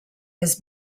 has